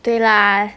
对啦